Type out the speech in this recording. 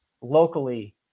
locally